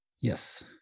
Yes